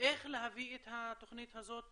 איך להביא את התוכנית הזאת